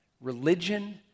religion